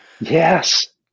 Yes